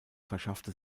verschaffte